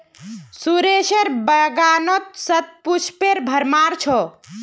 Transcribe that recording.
सुरेशेर बागानत शतपुष्पेर भरमार छ